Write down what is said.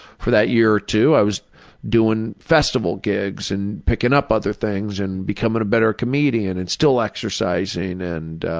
for that year or two i was doing festival gigs and picking up other things and becoming a better comedian, and still exercising. and